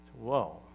Whoa